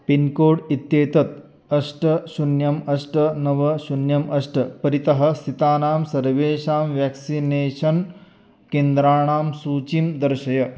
pincode इत्येतत् अष्ट शून्यम् अष्ट नव शून्यम् अष्ट परितः स्थितानां सर्वेषां व्याक्सिनेषन् केन्द्राणां सूचीं दर्शय